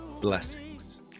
blessings